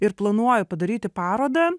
ir planuoju padaryti parodą